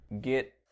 get